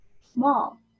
small